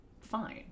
Fine